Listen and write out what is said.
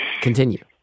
Continue